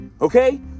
Okay